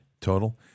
total